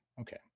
Okay